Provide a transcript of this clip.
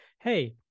Hey